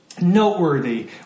noteworthy